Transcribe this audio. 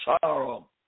sorrow